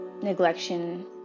neglection